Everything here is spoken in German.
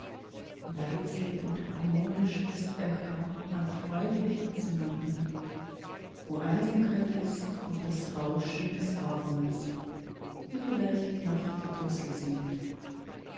leise und harmonisch ist ein gang an freundlichen zimmern hin wo einsamkeit ist und das rauschen des ahorns wo vielleicht noch die drossel singt